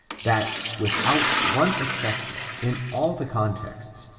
that, without one exception, in all the contexts,